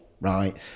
right